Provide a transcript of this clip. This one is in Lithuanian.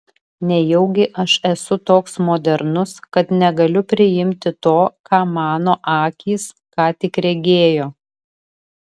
nejaugi aš esu toks modernus kad negaliu priimti to ką mano akys ką tik regėjo